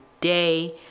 day